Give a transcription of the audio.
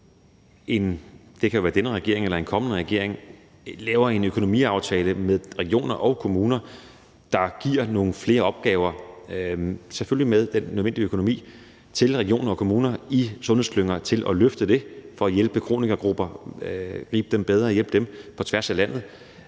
det kan være denne regering eller en kommende regering – laver en økonomiaftale med regioner og kommuner, der giver nogle flere opgaver, selvfølgelig med den nødvendige økonomi til regioner og kommuner, i sundhedsklynger til at løfte det, for at hjælpe kronikergrupper og gribe dem bedre på tværs af landet,